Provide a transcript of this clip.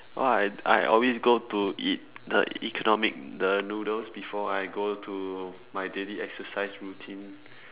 well I I always go to eat the economic the noodles before I go to my daily exercise routine